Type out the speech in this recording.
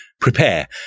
prepare